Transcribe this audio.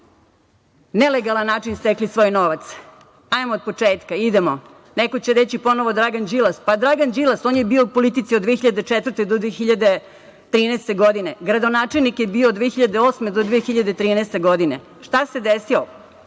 nelegalan način stekli svoj novac. Hajmo od početka, idemo. Neko će reći ponovo Dragan Đilas. Pa Dragan Đilas, on je bio u politici od 2004. godine do 2013. godine, gradonačelnik je bio od 2008. godine do 2013. godine. Šta se desilo?